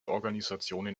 organisationen